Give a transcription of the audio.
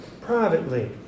Privately